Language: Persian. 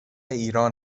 ایران